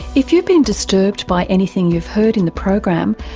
if you've been disturbed by anything you've heard in the program,